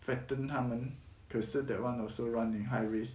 fatten 他们可是 that [one] also run in high risk